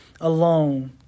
alone